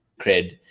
cred